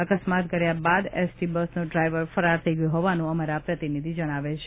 અકસ્માત કર્યા બાદ એસટી બસનો ડ્રાઇવર ફરાર થઈ ગયો હોવાનું અમારા પ્રતિનિધિ જણાવે છે